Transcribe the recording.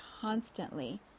constantly